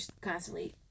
constantly